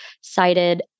cited